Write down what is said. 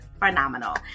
phenomenal